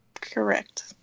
Correct